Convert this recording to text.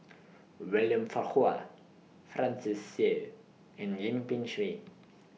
William Farquhar Francis Seow and Yip Pin Xiu